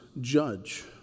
judge